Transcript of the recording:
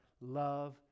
love